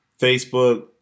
Facebook